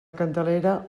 candelera